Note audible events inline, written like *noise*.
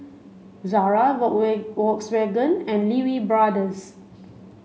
Zara *unintelligible* Volkswagen and Lee Wee Brothers